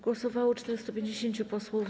Głosowało 450 posłów.